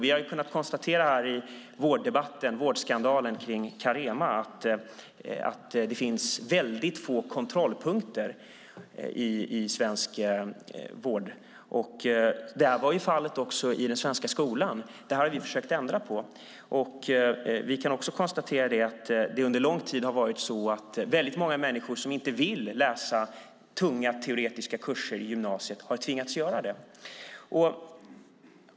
I vårdskandalen med Carema har vi kunnat konstatera att det finns väldigt få kontrollpunkter i svensk vård. Det var fallet också i den svenska skolan. Det har vi försökt ändra på. Under lång tid har väldigt många människor som inte vill läsa tunga teoretiska kurser i gymnasiet tvingats göra det.